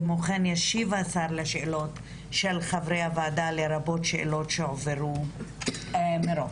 כמו כן ישיב השר לשאלות של חברי הוועדה לרבות שאלות שהועברו מראש.